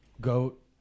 Goat